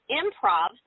improv